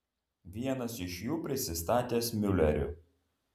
vienas iš jų prisistatęs miuleriu